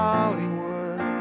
Hollywood